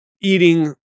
eating